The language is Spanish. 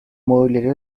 mobiliario